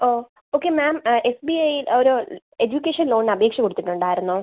ഓ okay ma'am S B ഐയിൽ ഒരു education ലോണിന് അപേക്ഷ കൊടുത്തിട്ടുണ്ടായിരുന്നോ